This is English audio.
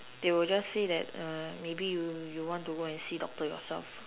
they will just say that maybe you you want to go and see doctor yourself